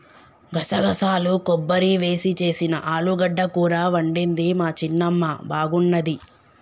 గసగసాలు కొబ్బరి వేసి చేసిన ఆలుగడ్డ కూర వండింది మా చిన్నమ్మ బాగున్నది